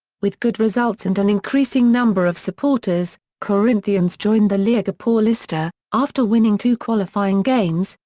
with good results and an increasing number of supporters, corinthians joined the liga paulista, after winning two qualifying games,